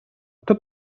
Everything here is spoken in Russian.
кто